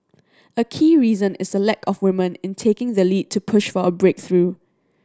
a key reason is lack of women in taking the lead to push for a breakthrough